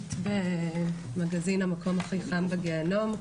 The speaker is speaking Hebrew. עיתונאית במגזין 'המקום הכי חם בגיהינום'.